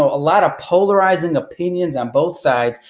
a lot of polarizing opinions on both sides,